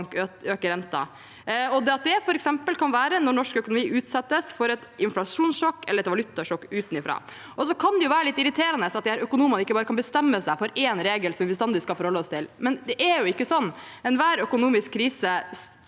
Det kan f.eks. være når norsk økonomi utsettes for et inflasjonssjokk eller et valutasjokk utenfra. Så kan det være litt irriterende at disse økonomene ikke bare kan bestemme seg for én regel som vi bestandig skal forholde oss til. Men det er jo ikke slik, for alle økonomiske kriser